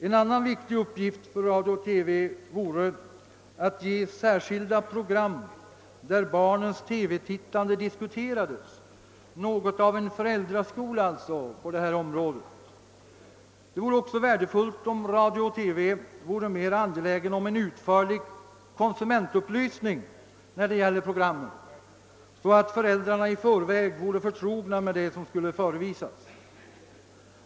En annan viktig uppgift för radio och TV vore att göra särskilda program där barnens TV-tittande diskuterades, alltså något av en föräldraskola på detta område. Det vore också värdefullt om radio och TV vore mera angelägna om en utförlig konsumentupplysning, när det gäller programmen, så att föräldrarna i beteenden och handlingsmönster förväg vore förtrogna med kommande program.